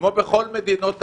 כמו בכל מדינות המערב,